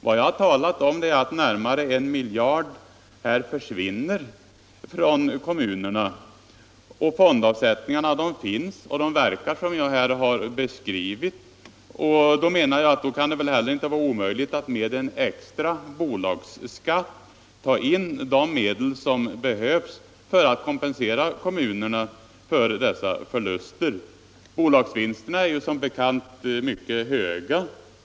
Vad jag har talat om är att närmare en miljard kronor försvinner från kommunerna. Fondavsättningarna finns och verkar på det sätt som jag här har beskrivit. Därför menar jag att det heller inte kan vara omöjligt att med en extra bolagsskatt ta in de medel som behövs för att kompensera kommunerna för dessa förluster. Bolagsvinsterna är som bekant mycket höga.